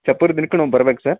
ಚಪ್ರ ದಿನಕ್ಕೂ ನಾವು ಬರ್ಬೇಕಾ ಸರ್